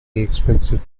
expensive